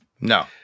No